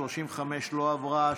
הסתייגות 35 לא עברה.